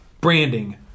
branding